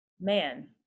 Man